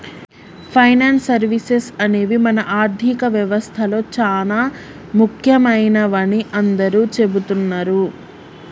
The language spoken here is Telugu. ఫైనాన్స్ సర్వీసెస్ అనేవి మన ఆర్థిక వ్యవస్తలో చానా ముఖ్యమైనవని అందరూ చెబుతున్నరు